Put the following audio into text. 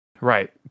Right